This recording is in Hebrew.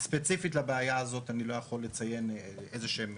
ספציפית לבעיה הזאת אני לא יכול לציין איזה שהם